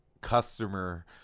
customer